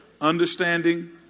understanding